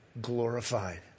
glorified